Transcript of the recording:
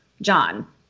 John